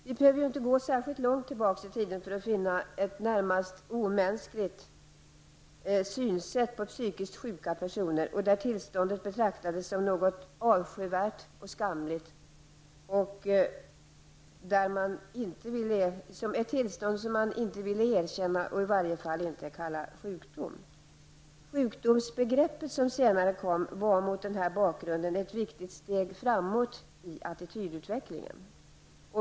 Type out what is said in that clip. Vi behöver inte gå särskilt långt tillbaka i tiden för att finna ett närmast omänskligt sätt att se på psykiskt sjuka personer. Tillståndet betraktades då som något skamligt och avskyvärt och som något man egentligen inte ville erkänna och i varje fall inte kalla sjukdom. Sjukdomsbegreppet som senare kom var mot den bakgrunden ett viktigt steg framåt i attitydutvecklingen.